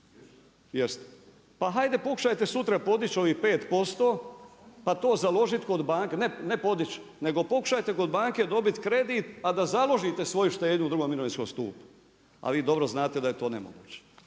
Pa hajde pokušajte sutra podići ovih 5%, pa to založiti kod banke, ne podići, nego pokušajte kod banke dobiti kredit a da založite svoju štednju u drugom mirovinskom stupu, a vi dobro znate da je to nemoguće.